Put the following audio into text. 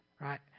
right